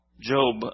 Job